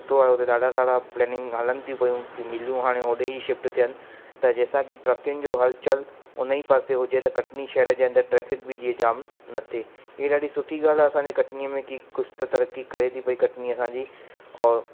सुठो आहे हुते ॾाढा सारा प्लेनिंग हलनि थियूं पयूं हे मिलियूं हाणे होॾे ई शिफ्ट थियनि त जंहिं सां कि ट्रकियुनि जो हलचल उन ई पासे हुजे त कटनी शहर जे अंदरि ट्रैफ़िक बि जीअं जाम न थिए ईअं ॾाढी सुठी ॻाल्हि आहे असांजे कटनीअ में कि कुझु त तरक़ी करे थी पई कटनी असांजी और